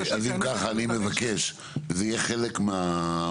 אם כך אני מבקש וזה יהיה חלק מהמעקב,